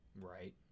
Right